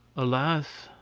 alas!